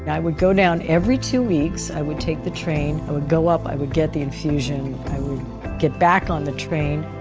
and i would go down every two weeks. i would take the train, i would go up i would get the infusion, i would get back on the train.